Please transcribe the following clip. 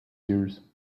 years